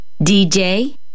DJ